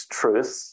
truth